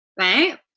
right